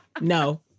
No